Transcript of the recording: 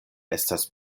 estas